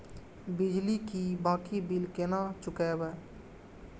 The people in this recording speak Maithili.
बिजली की बाकी बील केना चूकेबे?